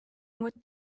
what